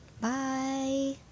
Bye